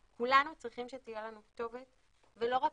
וכולנו צריכים שתהיה לנו כתובת, ולא רק